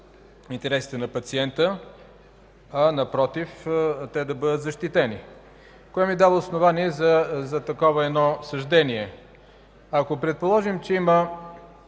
интересите на пациента, а напротив – те да бъдат защитени. Кое ми дава основание за такова съждение? Ако предположим, че има